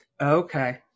Okay